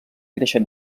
créixer